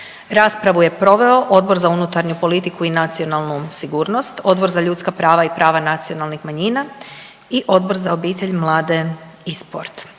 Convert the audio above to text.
Raspravu je proveo Odbor za unutarnju politiku i nacionalnu sigurnost, Odbor za ljudska prava i prava nacionalnih manjina i Odbor za obitelj, mlade i sport.